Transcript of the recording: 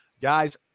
Guys